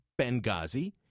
Benghazi